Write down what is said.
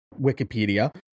wikipedia